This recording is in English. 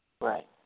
Right